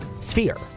sphere